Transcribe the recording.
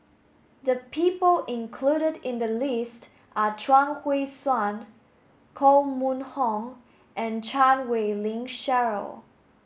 the people included in the list are Chuang Hui Tsuan Koh Mun Hong and Chan Wei Ling Cheryl